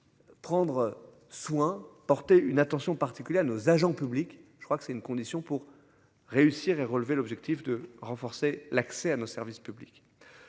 Prendre soin porté une attention particulière aux agents publics, je crois que c'est une condition pour réussir et relevé l'objectif de renforcer l'accès à nos services publics.